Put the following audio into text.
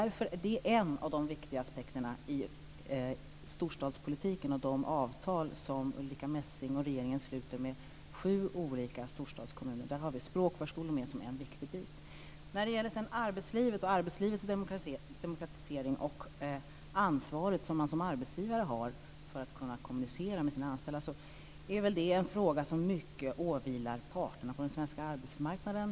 Det är en av de viktiga aspekterna i storstadspolitiken och i de avtal som Ulrica Messing och regeringen sluter med sju olika storstadskommuner. Där har vi språkförskolor med som en viktig bit. När det sedan gäller arbetslivet och dess demokratisering samt det ansvar som man som arbetsgivare har för att kunna kommunicera med sina anställda är det en fråga som i mycket åvilar parterna på den svenska arbetsmarknaden.